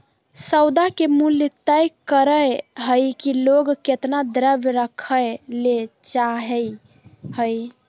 सौदा के मूल्य तय करय हइ कि लोग केतना द्रव्य रखय ले चाहइ हइ